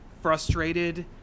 frustrated